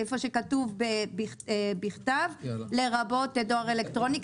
שהיכן שכתוב "בכתב" הוא "לרבות בדואר אלקטרוני",